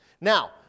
Now